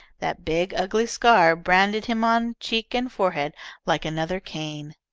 that big, ugly scar branded him on cheek and forehead like another cain.